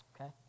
Okay